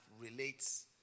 relates